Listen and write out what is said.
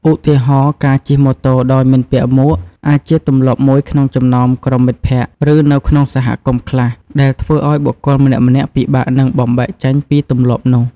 ឧទាហរណ៍ ការជិះម៉ូតូដោយមិនពាក់មួកអាចជាទម្លាប់មួយក្នុងចំណោមក្រុមមិត្តភ័ក្តិ ឬនៅក្នុងសហគមន៍ខ្លះ ដែលធ្វើឱ្យបុគ្គលម្នាក់ៗពិបាកនឹងបំបែកចេញពីទម្លាប់នោះ។